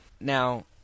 Now